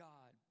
God